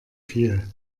viel